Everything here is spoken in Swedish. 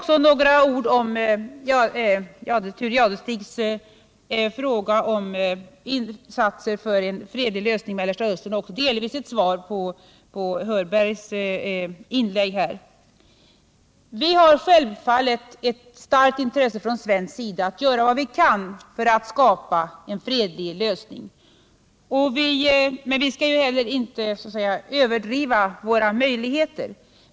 Så några ord om herr Jadestigs fråga om insatser för en fredlig lösning i Mellersta Östern och delvis ett svar på herr Hörbergs inlägg här. Vi har självfallet från svensk sida ett starkt intresse av att göra vad vi kan för att skapa en fredlig lösning, men vi skall heller inte överdriva våra möjligheter.